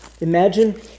imagine